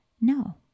No